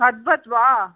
तद्वत् वा